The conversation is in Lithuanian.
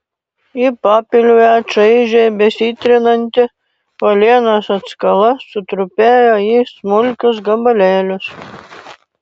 į papilvę čaižiai besitrinanti uolienos atskala sutrupėjo į smulkius gabalėlius